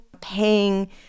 paying